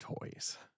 toys